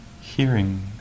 Hearing